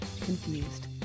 Confused